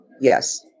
Yes